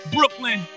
Brooklyn